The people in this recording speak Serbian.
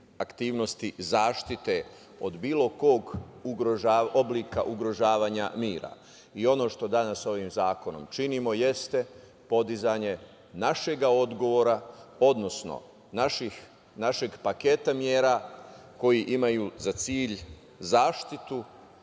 aktivnosti zaštite od bilo kog oblika ugrožavanja mira. Ono što danas ovim zakonom činimo jeste podizanje našega odgovora, odnosno našeg paketa mera koji imaju za cilj zaštitu